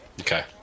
Okay